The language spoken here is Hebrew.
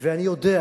אני יודע